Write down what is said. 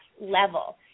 level